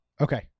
Okay